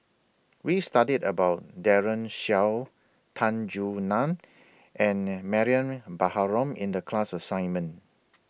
We studied about Daren Shiau Tan Soo NAN and Mariam Baharom in The class assignment